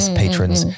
patrons